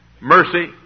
mercy